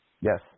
yes